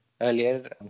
earlier